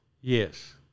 Yes